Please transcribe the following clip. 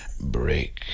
break